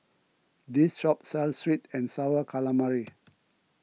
this shop sells Sweet and Sour Calamari